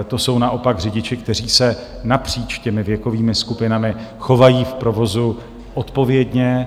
To jsou naopak řidiči, kteří se napříč těmi věkovými skupinami chovají v provozu odpovědně.